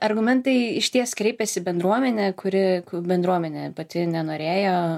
argumentai išties kreipėsi į bendruomenę kuri bendruomenė pati nenorėjo